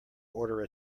order